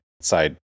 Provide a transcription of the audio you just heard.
side